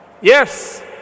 Yes